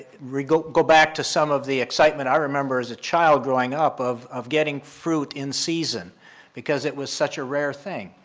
go go back to some of the excitement i remember as a child growing up of of getting fruit in season because it was such a rare thing.